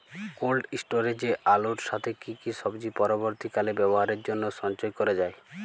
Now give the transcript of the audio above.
Cold স্টোরেজে আলুর সাথে কি কি সবজি পরবর্তীকালে ব্যবহারের জন্য সঞ্চয় করা যায়?